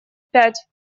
пять